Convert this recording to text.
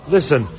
Listen